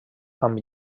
amb